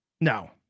No